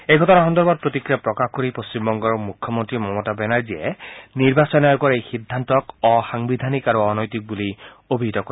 এই ঘটনা সন্দৰ্ভত প্ৰতিক্ৰিয়া প্ৰকাশ কৰি পশ্চিমবংগৰ মুখ্যমন্ত্ৰী মমতা বেনাৰ্জীয়ে নিৰ্বাচন আয়োগৰ এই সিদ্ধান্তক অসাংবিধানিক আৰু অনৈতিক বুলি অভিহিত কৰে